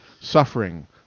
suffering